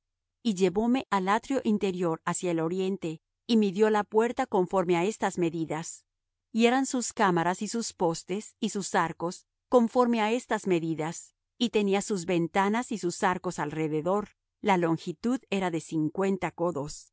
y llevóme al atrio interior hacia el oriente y midió la puerta conforme á estas medidas y eran sus cámaras y sus postes y sus arcos conforme á estas medidas y tenía sus ventanas y sus arcos alrededor la longitud era de cincuenta codos